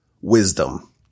wisdom